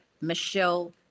Michelle